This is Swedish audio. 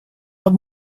har